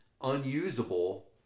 unusable